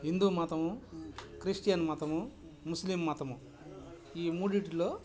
హిందూ మతము క్రిస్టియన్ మతము ముస్లిం మతము ఈ మూడిటిలో